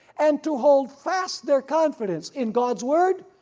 and to hold fast their confidence in god's word,